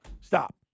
Stop